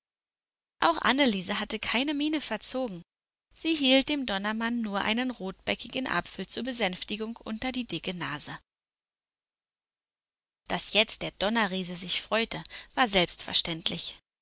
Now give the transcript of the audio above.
auch anneliese hatte keine miene verzogen sie hielt dem donnermann nur einen rotbäckigen apfel zur besänftigung unter die dicke nase daß jetzt der donnerriese sich freute war selbstverständlich